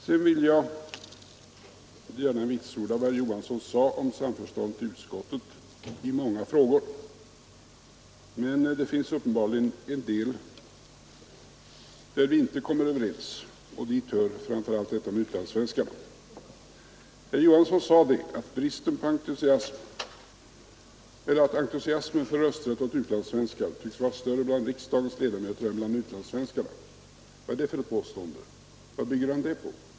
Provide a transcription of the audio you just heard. Jag vill gärna vitsorda vad herr Johansson i Trollhättan sade om samförståndet i utskottet i många frågor. Men det finns uppenbarligen också en del frågor där vi inte kommer överens och dit hör framför allt detta med utlandssvenskarna. Herr Johansson sade att entusiasmen för rösträtt åt utlandssvenskar tycks vara större hos riksdagens ledamöter än hos utlandssvenskarna själva. Vad är det för ett påstående? Vad bygger han det på?